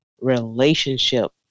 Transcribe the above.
relationship